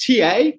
TA